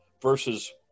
versus